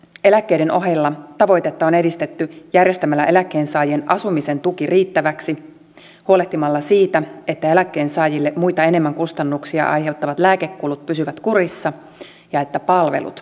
eläkkeiden ohella tavoitetta on edistetty järjestämällä eläkkeensaajien asumisen tuki riittäväksi huolehtimalla siitä että eläkkeensaajille muita enemmän kustannuksia aiheuttavat lääkekulut pysyvät kurissa ja että palvelut ovat kunnossa